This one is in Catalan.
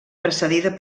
precedida